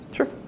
Sure